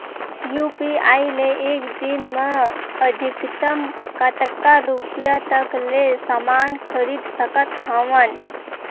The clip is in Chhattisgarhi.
यू.पी.आई ले एक दिन म अधिकतम कतका रुपिया तक ले समान खरीद सकत हवं?